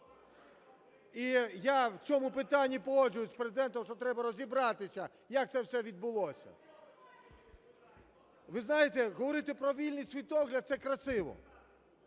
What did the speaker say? І я в цьому питанні погоджуюся з Президентом, що треба розібратися, як це все відбулося. Ви знаєте, говорити про вільний світогляд – це красиво.